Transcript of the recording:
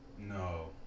No